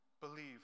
believe